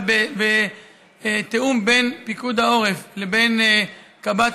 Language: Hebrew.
אבל בתיאום בין פיקוד העורף לבין קב"ט